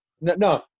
no